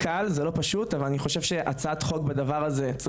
פשוט רגע לשים את הדבר הזה על השולחן.